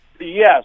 Yes